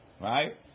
Right